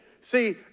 See